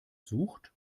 sucht